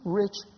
rich